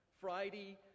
Friday